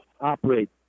operate